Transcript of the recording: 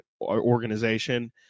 organization